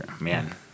man